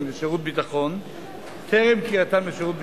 לשירות ביטחון טרם קריאתם לשירות ביטחון.